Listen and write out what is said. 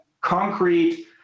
concrete